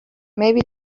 maybe